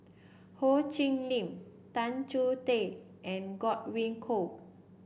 Ho Chee Lick Tan Choh Tee and Godwin Koay